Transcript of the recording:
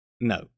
No